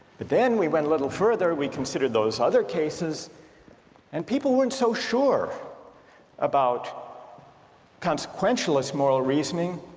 but then we went a little further, we considered those other cases and people weren't so sure about consequentialist moral reasoning